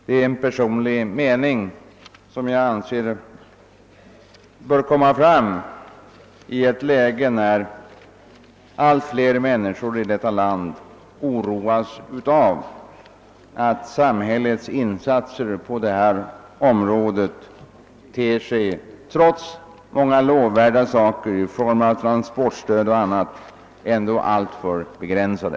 Det är en personlig mening som jag anser bör framföras i ett läge då allt fler människor i detta land oroas av att samhällets insatser på detta område — trots många lovvärda initiativ 1 fråga om transportstöd och liknande — ter sig som alltför begränsade.